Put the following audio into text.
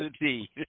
indeed